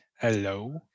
Hello